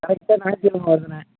கரெக்டாக நாயிற்றுக் கிலம வருதுண்ணே